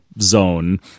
zone